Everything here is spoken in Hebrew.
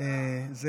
אני מניח.